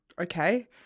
Okay